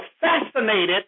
fascinated